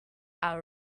our